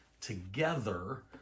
together